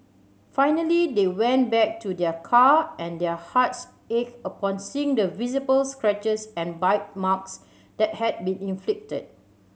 finally they went back to their car and their hearts ached upon seeing the visible scratches and bite marks that had been inflicted